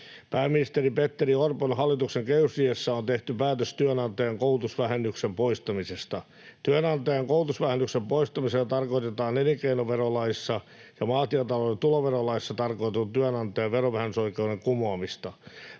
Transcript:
Pääministeri Petteri Orpon hallituksen kehysriihessä on tehty päätös työnantajan koulutusvähennyksen poistamisesta. Työnantajan koulutusvähennyksen poistamisella tarkoitetaan elinkeinoverolaissa ja maatilatalouden tuloverolaissa tarkoitetun työnantajan verovähennysoikeuden kumoamista.